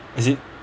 is it